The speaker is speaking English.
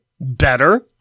better